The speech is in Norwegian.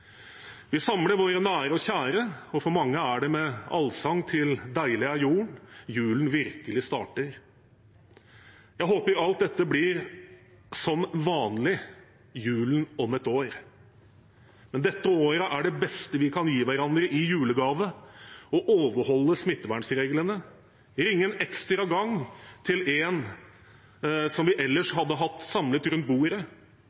Vi samler våre nære og kjære, og for mange er det med allsang til «Deilig er jorden» julen virkelig starter. Jeg håper alt dette blir som vanlig julen om ett år. Men dette året er det beste vi kan gi hverandre i julegave, å overholde smittevernreglene, ringe en ekstra gang til en vi ellers hadde hatt ved bordet,